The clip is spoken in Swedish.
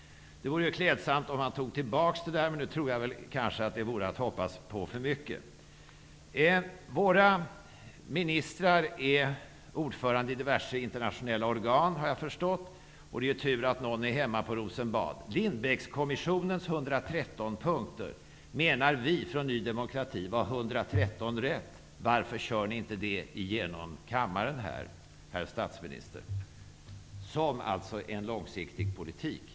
Det vore klädsamt om han tog tillbaks detta, men det är kanske att hoppas på för mycket. Jag har förstått att våra ministrar är ordförande i diverse internationella organ. Det är ju tur att någon är hemma på Rosenbad. Vi i Ny demokrati menar att Varför kör ni inte det genom kammaren här som en långsiktig politik, herr statsminister?